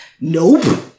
Nope